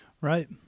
Right